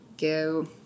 go